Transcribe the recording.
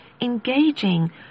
engaging